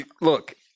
Look